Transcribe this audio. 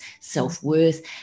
self-worth